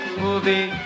movie